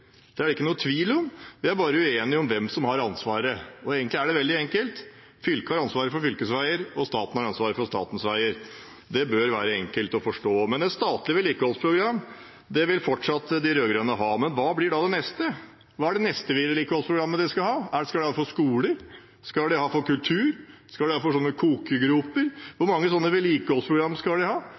utbedre fylkesveiene og ikke forstått hva som ble sagt på høringen. Jeg siterer mitt gamle innlegg, som jeg leste i stad, så Odnes slipper å gå tilbake og se på referatet: «Vi er alle enige om at fylkesveiene er for dårlige.» Det er det ingen tvil om. Vi er bare uenige om hvem som har ansvaret. Egentlig er det veldig enkelt. Fylket har ansvaret for fylkesveier, staten har ansvaret for statens veier. Det bør være enkelt å forstå. Men et statlig vedlikeholdsprogram vil de rød-grønne fortsatt ha. Hva blir da det neste? Hva er det neste vedlikeholdsprogrammet